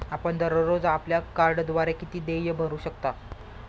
आपण दररोज आपल्या कार्डद्वारे किती देय भरू शकता?